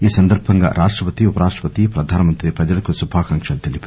ఈ సందర్భంగా రాష్టపతి ఉపరాష్టపతి ప్రధానమంత్రి ప్రజలకు శుభాకాంక్షలు తెలిపారు